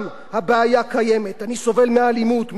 אני סובל מאלימות מילולית, פיזית, מבורות,